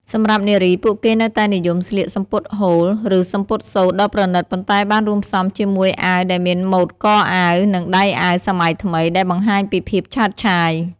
សម្រាប់នារី ពួកគេនៅតែនិយមស្លៀក សំពត់ហូល ឬសំពត់សូត្រ ដ៏ប្រណីត ប៉ុន្តែបានរួមផ្សំជាមួយអាវដែលមានម៉ូដកអាវ និងដៃអាវសម័យថ្មី ដែលបង្ហាញពីភាពឆើតឆាយ។